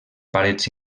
parets